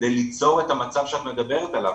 כדי ליצור את המצב שאת מדברת עליו,